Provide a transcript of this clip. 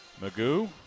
Magoo